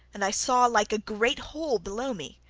and i saw like a great hole below me.